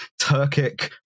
Turkic